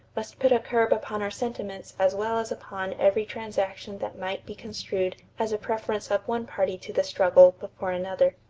must put a curb upon our sentiments as well as upon every transaction that might be construed as a preference of one party to the struggle before another.